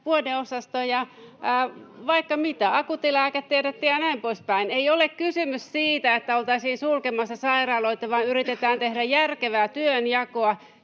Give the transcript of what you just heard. vuodeosastoja, vaikka mitä, akuuttilääketiedettä ja näin poispäin. Ei ole kysymys siitä, että oltaisiin sulkemassa sairaaloita, vaan yritetään tehdä järkevää työnjakoa,